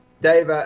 Dave